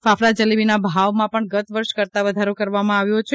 ફાફડા જલેબીના ભાવમાં પણ ગત વર્ષ કરતા વધારો કરવામાં આવ્યો છે